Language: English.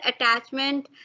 attachment